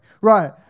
right